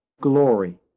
glory